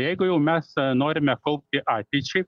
jeigu jau mes norime kaupti ateičiai